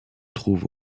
trouve